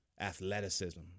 athleticism